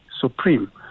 supreme